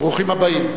ברוכים הבאים.